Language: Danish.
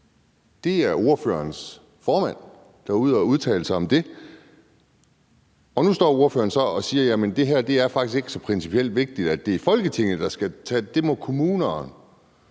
Det var ordførerens formand, der var ude at udtale sig om det. Nu står ordføreren så og siger, at det her faktisk ikke er så principielt vigtigt, at det er Folketinget, der skal tage den; det må kommunerne